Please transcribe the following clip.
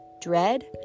Dread